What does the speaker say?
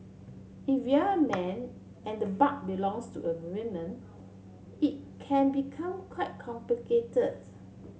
if you're man and the butt belongs to a woman it can become quite complicated